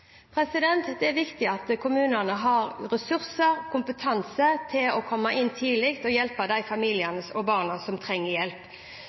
Det er viktig at kommunene har ressurser og kompetanse til å komme inn tidlig for å hjelpe de familiene og barna som trenger hjelp.